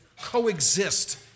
coexist